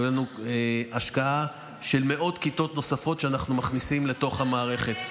הייתה לנו השקעה של מאות כיתות נוספות שאנחנו מכניסים לתוך המערכת.